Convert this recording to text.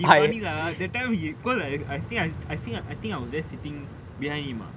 he funny lah that time he because I think I I think I think I was just sitting behind him ah